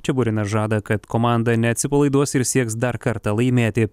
čiburinas žada kad komanda neatsipalaiduos ir sieks dar kartą laimėti